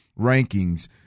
rankings